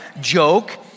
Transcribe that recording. joke